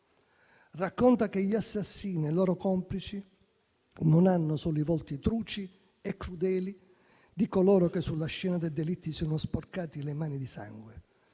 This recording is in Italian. Racconta che gli assassini e i loro complici non hanno solo i volti truci e crudeli di coloro che sulla scena dei delitti si sono sporcati le mani di sangue,